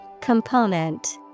Component